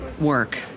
work